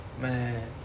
man